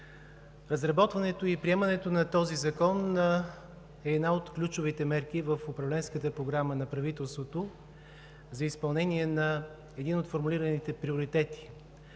Разработването и приемането на този закон е една от ключовите мерки в управленската Програма на правителството за изпълнение на един от формулираните приоритети,